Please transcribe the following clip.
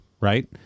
Right